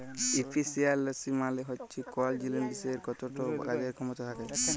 ইফিসিয়ালসি মালে হচ্যে কল জিলিসের কতট কাজের খ্যামতা থ্যাকে